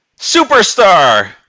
superstar